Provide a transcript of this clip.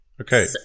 Okay